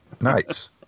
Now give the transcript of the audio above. Nice